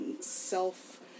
self